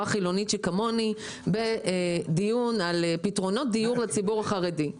חילונית שכמוני בדיון על פתרונות דיור לציבור החרדי.